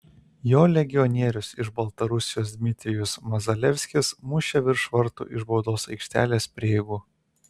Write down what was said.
jo legionierius iš baltarusijos dmitrijus mazalevskis mušė virš vartų iš baudos aikštelės prieigų